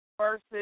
versus